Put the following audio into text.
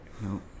No